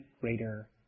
greater